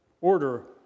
order